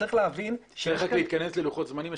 אתה צריך להיכנס ללוחות זמנים.